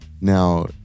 Now